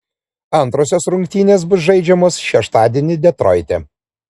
antrosios rungtynės bus žaidžiamos šeštadienį detroite